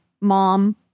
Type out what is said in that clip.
mom